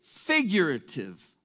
figurative